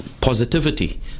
positivity